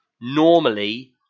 normally